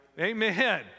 Amen